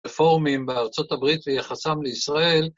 רפורמים בארצות הברית ויחסם לישראל.